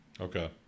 Okay